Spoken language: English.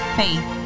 faith